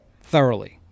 Thoroughly